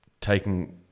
taking